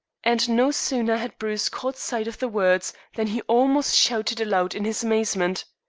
and no sooner had bruce caught sight of the words than he almost shouted aloud in his amazement.